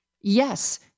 Yes